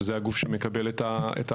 שזה הגוף שמקבל את ההחלטה,